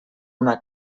una